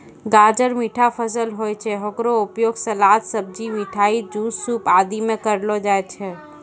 गाजर मीठा फसल होय छै, हेकरो उपयोग सलाद, सब्जी, मिठाई, जूस, सूप आदि मॅ करलो जाय छै